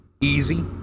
Easy